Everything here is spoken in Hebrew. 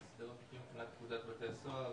לגבי פקודת בתי הסוהר.